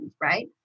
right